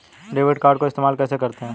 Debit card को इस्तेमाल कैसे करते हैं?